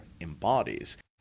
embodies